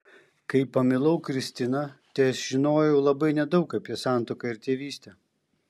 kai pamilau kristiną težinojau labai nedaug apie santuoką ir tėvystę